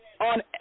on